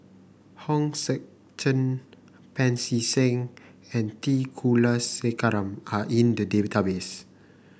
Hong Sek Chern Pancy Seng and T Kulasekaram are in the database